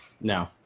No